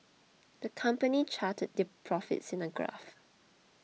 the company charted their profits in a graph